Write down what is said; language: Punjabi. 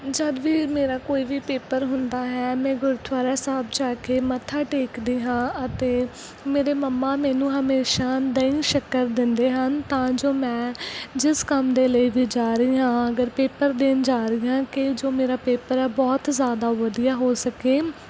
ਜਦ ਵੀ ਮੇਰਾ ਕੋਈ ਵੀ ਪੇਪਰ ਹੁੰਦਾ ਹੈ ਮੈਂ ਗੁਰਦੁਆਰਾ ਸਾਹਿਬ ਜਾ ਕੇ ਮੱਥਾ ਟੇਕਦੀ ਹਾਂ ਅਤੇ ਮੇਰੇ ਮੰਮਾ ਮੈਨੂੰ ਹਮੇਸ਼ਾ ਦਹੀਂ ਸ਼ੱਕਰ ਦਿੰਦੇ ਹਨ ਤਾਂ ਜੋ ਮੈਂ ਜਿਸ ਕੰਮ ਦੇ ਲਈ ਵੀ ਜਾ ਰਹੀ ਹਾਂ ਅਗਰ ਪੇਪਰ ਦੇਣ ਜਾ ਰਹੀ ਹਾਂ ਕਿ ਜੋ ਮੇਰਾ ਪੇਪਰ ਹੈ ਬਹੁਤ ਜ਼ਿਆਦਾ ਵਧੀਆ ਹੋ ਸਕੇ